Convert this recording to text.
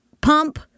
Pump